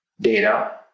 data